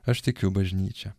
aš tikiu bažnyčia